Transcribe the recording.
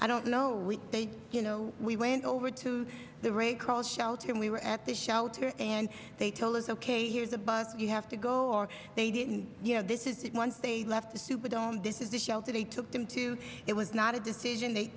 i don't know why they you know we went over to the red cross shelter and we were at the shelter and they told us ok here's a bus you have to go or they didn't you know this is the one they left the superdome this is the shelter they took them to it was not a decision th